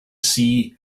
see